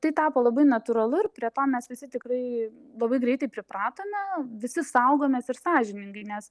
tai tapo labai natūralu ir prie to mes visi tikrai labai greitai pripratome visi saugomės ir sąžiningai nes